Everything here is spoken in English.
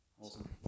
Awesome